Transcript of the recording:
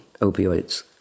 opioids